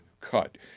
cut